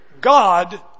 God